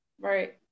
right